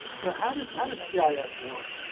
so how does, how does yeah yeah gis work.